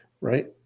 Right